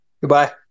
goodbye